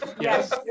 Yes